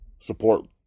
support